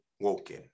woken